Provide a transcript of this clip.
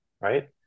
right